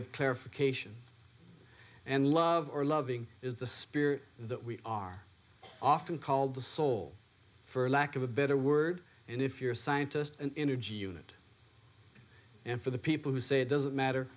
of clarification and love or loving is the spirit that we are often called the soul for lack of a better word and if you're a scientist an energy unit and for the people who say it doesn't matter